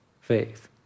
faith